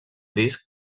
disc